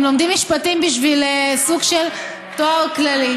הם לומדים משפטים בשביל סוג של תואר כללי.